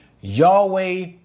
Yahweh